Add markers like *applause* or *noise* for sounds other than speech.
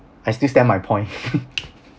I still stand my point *laughs*